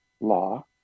law